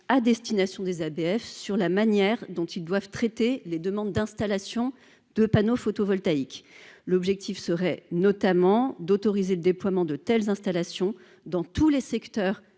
à destination des ABF sur la manière dont ils doivent traiter les demandes d'installation de panneaux photovoltaïques, l'objectif serait notamment d'autoriser le déploiement de telles installations dans tous les secteurs